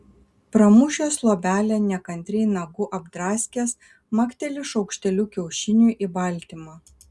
pramušęs luobelę nekantriai nagu apdraskęs makteli šaukšteliu kiaušiniui į baltymą